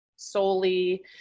Solely